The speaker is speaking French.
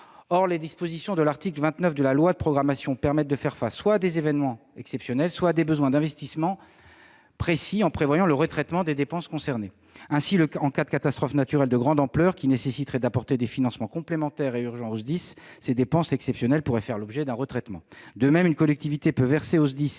Or les dispositions de l'article 29 de la loi de programmation permettent de faire face soit à des événements exceptionnels, soit à des besoins d'investissement précis, en prévoyant le retraitement des dépenses concernées. Ainsi, en cas de catastrophe naturelle de grande ampleur qui nécessiterait d'apporter des financements complémentaires et urgents au SDIS, ces dépenses exceptionnelles pourraient faire l'objet d'un retraitement. De même, une collectivité peut verser au SDIS